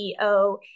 CEO